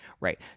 Right